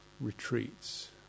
retreats